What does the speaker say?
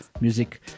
music